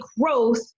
growth